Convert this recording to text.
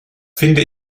finde